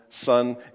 son